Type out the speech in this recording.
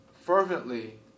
fervently